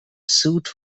suit